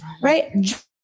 Right